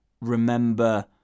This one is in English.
remember